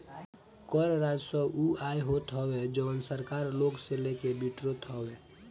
कर राजस्व उ आय होत हवे जवन सरकार लोग से लेके बिटोरत हवे